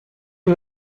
you